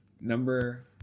Number